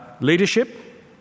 leadership